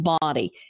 body